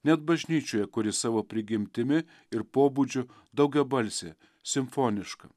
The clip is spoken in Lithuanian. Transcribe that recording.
net bažnyčioje kuri savo prigimtimi ir pobūdžiu daugiabalsė simfoniška